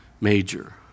major